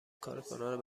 کارکنان